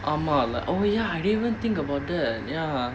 ஆமா:aamaa lah oh ya I didn't even think about that ya